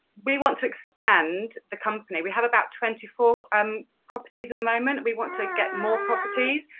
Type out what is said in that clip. we want to expand the company, we have about twenty four um properties at the moment, we want to get more properties.